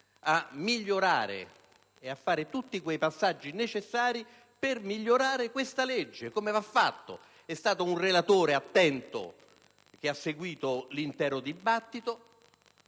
a migliorare il testo e a compiere tutti i passaggi necessari per migliorare questa legge, come va fatto. È stato un relatore attento che ha seguito l'intero dibattito